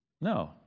No